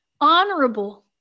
honorable